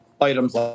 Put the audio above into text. items